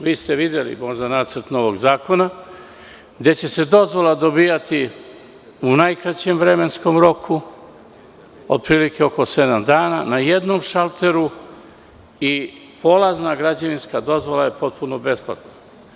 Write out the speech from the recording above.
Vi ste videli možda nacrt novog zakona, gde će se dozvola dobijati u najkraćem vremenskom roku, otprilike oko sedam dana, na jednom šalteru i polazna građevinska dozvola potpuno je besplatna.